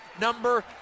number